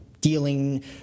dealing